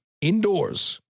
indoors